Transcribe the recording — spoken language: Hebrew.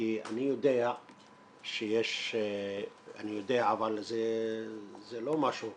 כי אני יודע, אבל זה לא משהו כמותי,